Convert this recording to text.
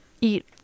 eat